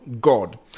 God